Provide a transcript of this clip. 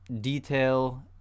detail